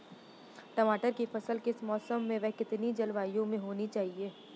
टमाटर की फसल किस मौसम व कितनी जलवायु में होनी चाहिए?